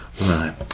Right